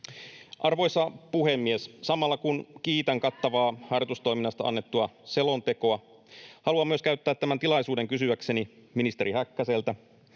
Arvoisa puhemies! Samalla kun kiitän kattavaa harjoitustoiminnasta annettua selontekoa, haluan myös käyttää tämän tilaisuuden kysyäkseni ministeri Häkkäseltä: